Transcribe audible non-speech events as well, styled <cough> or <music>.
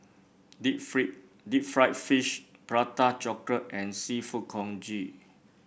deep <unintelligible> Deep Fried Fish Prata Chocolate and seafood Congee